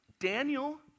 Daniel